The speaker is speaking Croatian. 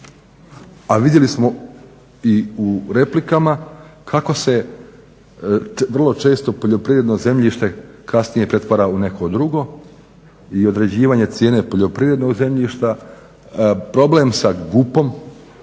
A vidjeli smo u replikama kako se vrlo često poljoprivredno zemljište kasnije pretvara u neko drugo i određivanje cijene poljoprivrednog zemljišta, problem sa GUP-om